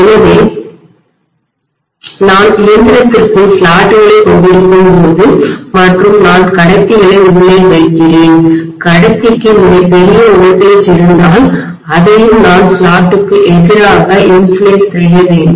எனவே நான் இயந்திரத்திற்குள் ஸ்லாட்டு களைக் கொண்டிருக்கும்போது மற்றும் நான் கடத்திகளை உள்ளே வைக்கிறேன் கடத்திக்கு மிகப் பெரிய மின்னழுத்தம்வோல்டேஜ் இருந்தால் அதையும் நான் ஸ்லாட்டுக்கு எதிராக இன்சுலலேட் செய்யவேண்டும்